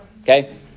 okay